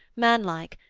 manlike,